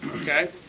Okay